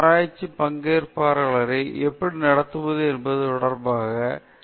ஆராய்ச்சியில் பங்கேற்பாளர்களை எப்படி நடத்துவது என்பது தொடர்பாக ஒரு குழுவின் கேள்விகள் உள்ளன